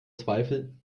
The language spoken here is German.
zweifel